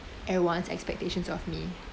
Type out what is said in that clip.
everyone's expectations of me